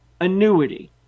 annuity